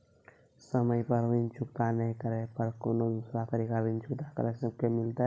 समय पर ऋण चुकता नै करे पर कोनो दूसरा तरीका ऋण चुकता करे के मिलतै?